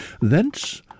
Thence